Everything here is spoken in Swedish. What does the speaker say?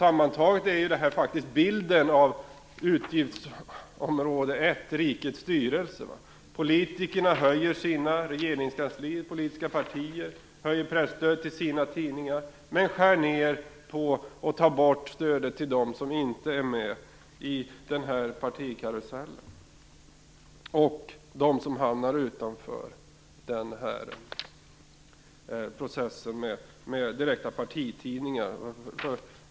Sammantaget är det här bilden av utgiftsområde 1 Rikets styrelse. Politikerna, regeringskansliet och de politiska partierna höjer presstödet till sina tidningar men skär ned eller tar bort stödet till dem som inte är med i partikarusellen och till dem som hamnar utanför processen med direkta partitidningar.